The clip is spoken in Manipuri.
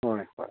ꯍꯣꯏ ꯍꯣꯏ